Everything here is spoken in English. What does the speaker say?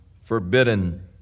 forbidden